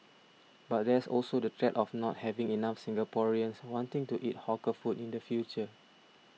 but there's also the threat of not having enough Singaporeans wanting to eat hawker food in the future